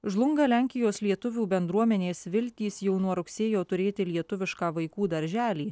žlunga lenkijos lietuvių bendruomenės viltys jau nuo rugsėjo turėti lietuvišką vaikų darželį